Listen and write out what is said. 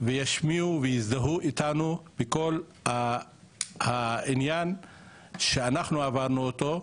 וישמיעו ויזדהו איתנו בכל העניין שאנחנו עברנו אותו.